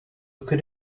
could